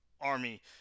Army